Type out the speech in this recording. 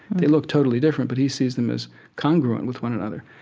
they look totally different, but he sees them as congruent with one another